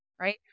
right